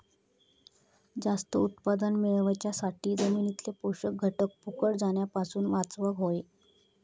जास्त उत्पादन मेळवच्यासाठी जमिनीतले पोषक घटक फुकट जाण्यापासून वाचवक होये